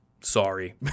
Sorry